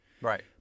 Right